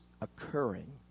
occurring